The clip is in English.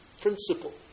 principle